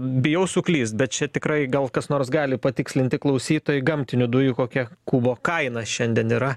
bijau suklyst bet čia tikrai gal kas nors gali patikslinti klausytojai gamtinių dujų kokia kubo kaina šiandien yra